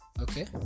okay